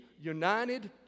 united